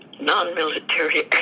non-military